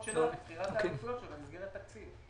שלה ובחירת העדיפויות שלה במסגרת תקציב.